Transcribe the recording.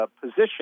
position